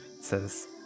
says